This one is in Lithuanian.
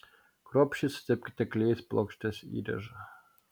kruopščiai sutepkite klijais plokštės įrėžą